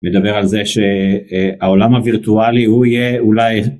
לדבר על זה שהעולם הווירטואלי הוא יהיה אולי